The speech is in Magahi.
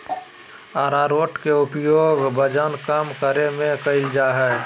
आरारोट के उपयोग वजन कम करय में कइल जा हइ